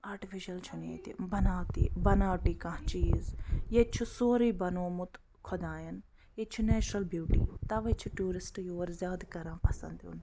artificial چھِنہٕ ییٚتہِ بناوتی بناوٹی کانٛہہ چیٖز ییٚتہِ چھُ سورٕے بناومُت خۄدایَن ییٚتہِ چھِ نٮ۪چرَل بیوٗٹی تَوَے چھِ ٹوٗرِسٹ یور زیادٕ کران پَسنٛد یُن